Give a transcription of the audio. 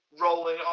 rolling